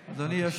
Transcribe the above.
אז אתה יכול להציע.